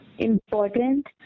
important